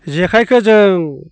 जेखाइखौ जों